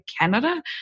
Canada